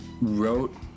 wrote